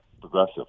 progressive